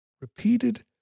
Repeated